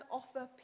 offer